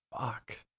Fuck